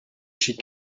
she